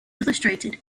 illustrated